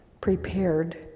prepared